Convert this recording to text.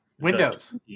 Windows